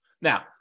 Now